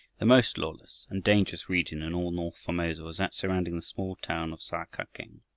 the most lawless and dangerous region in all north formosa was that surrounding the small town of sa-kak-eng.